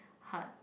hard